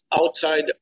outside